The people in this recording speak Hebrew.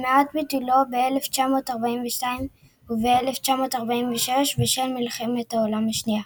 למעט ביטולו ב-1942 וב-1946 בשל מלחמת העולם השנייה.